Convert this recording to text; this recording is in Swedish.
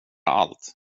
allt